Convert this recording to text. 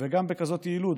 וגם בכזאת יעילות.